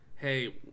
hey